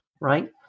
Right